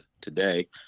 today